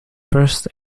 first